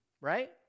right